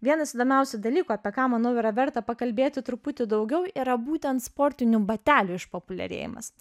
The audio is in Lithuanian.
vienas įdomiausių dalykų apie ką manau yra verta pakalbėti truputį daugiau yra būtent sportinių batelių išpopuliarėjimas